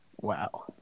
wow